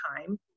time